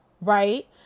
right